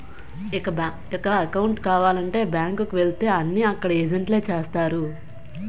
ఇక అకౌంటు కావాలంటే బ్యాంకు కు వెళితే అన్నీ అక్కడ ఏజెంట్లే చేస్తారు